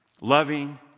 Loving